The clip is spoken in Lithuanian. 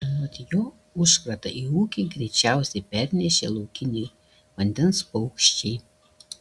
anot jo užkratą į ūkį greičiausiai pernešė laukiniai vandens paukščiai